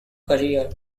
career